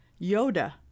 Yoda